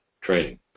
training